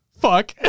fuck